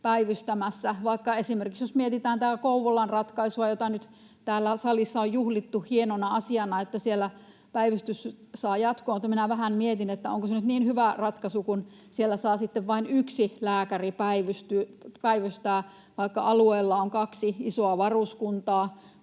vaikka esimerkiksi tätä Kouvolan ratkaisua, jota nyt täällä salissa on juhlittu hienona asiana, sitä, että siellä päivystys saa jatkoa, niin minä vähän mietin, onko se nyt niin hyvä ratkaisu, kun siellä saa sitten vain yksi lääkäri päivystää, vaikka alueella on kaksi isoa varuskuntaa,